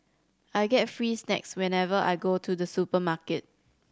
I get free snacks whenever I go to the supermarket